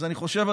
אני חושב,